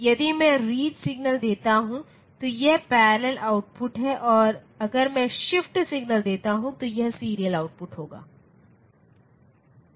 यदि मैं read signal देता हूं तो यह पैरलल आउटपुट है और अगर मैं शिफ्ट सिग्नल देता हूं तो यह सीरियल आउटपुट होगा